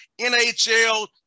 NHL